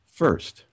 first